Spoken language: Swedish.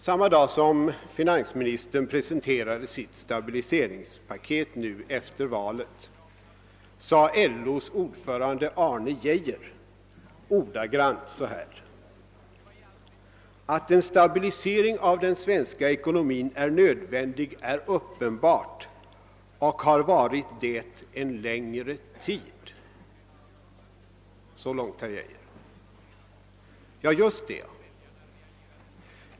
Samma dag som finansministern presenterade sitt stabiliseringspaket efter valet sade LO:s ordförande Arne Geijer ordagrant följande: »Att en stabilisering av den svenska ekonomin är nödvändig är uppenbart och har varit det en längre tid.« Ja, just det.